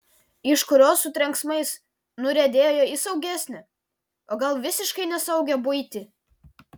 iš kurios su trenksmais nuriedėjo į saugesnę o gal visiškai nesaugią buitį